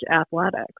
athletics